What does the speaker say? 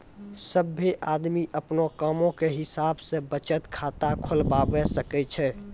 सभ्भे आदमी अपनो कामो के हिसाब से बचत खाता खुलबाबै सकै छै